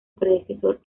predecesor